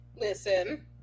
Listen